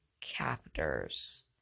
captors